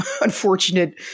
unfortunate